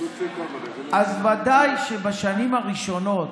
אז ודאי שבשנים הראשונות,